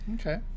Okay